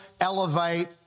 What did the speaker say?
elevate